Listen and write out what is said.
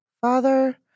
father